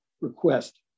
request